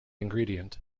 ingredient